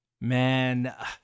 man